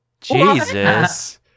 jesus